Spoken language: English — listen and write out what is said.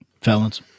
Felons